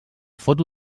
foto